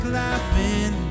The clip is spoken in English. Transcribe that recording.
laughing